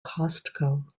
costco